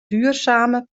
duurzame